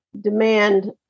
demand